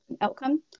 outcome